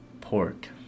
pork